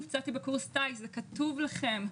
נפצעתי בקורס טיס זה כתוב לכם,